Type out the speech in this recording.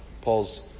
Paul's